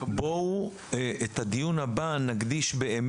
בואו באמת נקדיש את הדיון הבא לסעיפים